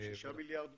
שישה מיליארד שקל?